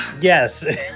Yes